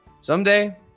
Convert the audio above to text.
Someday